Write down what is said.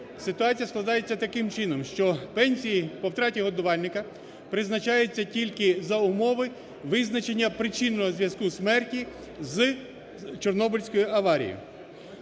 ситуація складається таким чином, що пенсія по втраті годувальника призначаються тільки за умови визначення причинного зв'язку смерті з Чорнобильською аварією.